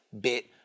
bit